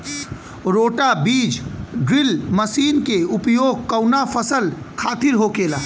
रोटा बिज drill machine के उपयोग कऊना फसल खातिर होखेला?